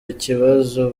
ikibazo